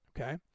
okay